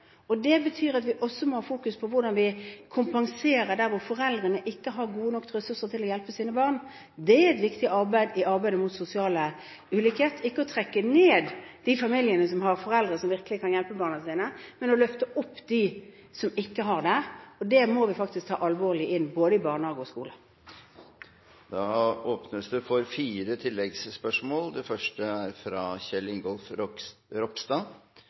Det betyr at vi også må ha fokus på hvordan vi kompenserer der hvor foreldrene ikke har gode nok ressurser til å hjelpe sine barn. Det er et viktig arbeid i arbeidet mot sosial ulikhet – ikke å trekke ned de familiene som har foreldre som virkelig kan hjelpe barna sine, men løfte opp dem som ikke har det. Det må vi faktisk ta alvorlig inn i både barnehage og skole. Det åpnes for fire oppfølgingsspørsmål – først Kjell Ingolf Ropstad. Takk for gode svar fra